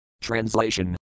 Translation